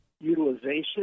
utilization